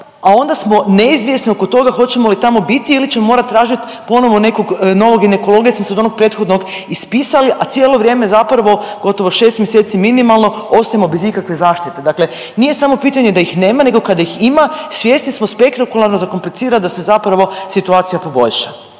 a onda smo neizvjesni oko toga hoćemo li tamo biti ili ćemo morat tražit ponovno nekog novog ginekologa jer smo se od onog prethodnog ispisali, a cijelo vrijeme zapravo gotovo 6 mjeseci minimalno ostajemo bez ikakve zaštite. Dakle nije samo pitanje da ih nema nego kada ih ima svjesni smo spektakularno zakomplicirat da se zapravo situacija poboljša.